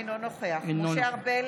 אינו נוכח משה ארבל,